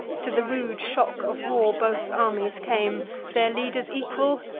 to the rude shock of war both armies came their leaders equal,